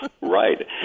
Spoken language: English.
Right